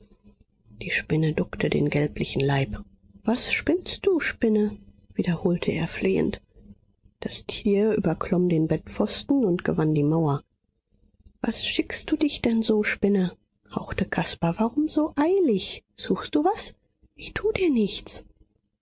die spinne duckte den gelblichen leib was spinnst du spinne wiederholte er flehend das tier überklomm den bettpfosten und gewann die mauer was schickst du dich denn so spinne hauchte caspar warum so eilig suchst du was ich tu dir nichts